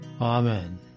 Amen